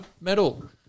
medal